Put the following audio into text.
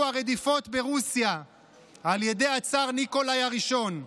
הרדיפות ברוסיה על ידי הצאר ניקולאי הראשון.